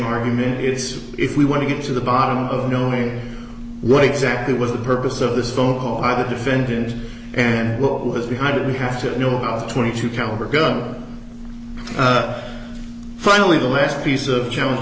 argument is if we want to get to the bottom of knowing what exactly was the purpose of this phone call i'm a defendant and what was behind it we have to know of twenty two caliber gun finally the last piece of challenge